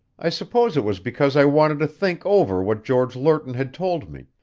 i suppose it was because i wanted to think over what george lerton had told me,